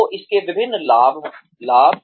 तो इसके विभिन्न लाभ